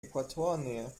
äquatornähe